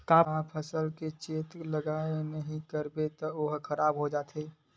का फसल के चेत लगय के नहीं करबे ओहा खराब हो जाथे?